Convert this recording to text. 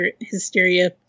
hysteria